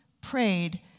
prayed